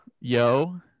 yo